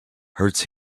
hurts